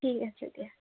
ঠিক আছে দিয়া